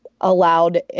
allowed